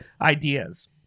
ideas